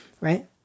right